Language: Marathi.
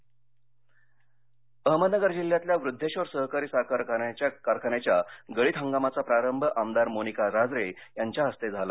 अहमदनगर अहमदनगर जिल्ह्यातल्या वृद्देशर सहकारी साखर कारखान्याच्या गळीत हंगामाचा प्रारंभ आमदार मोनिका राजळे यांच्या इस्ते झाला